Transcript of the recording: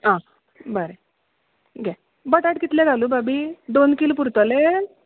आं बरें बटाट कितले घालूं भाभी दोन कील पुरतले